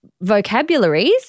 vocabularies